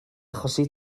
achosi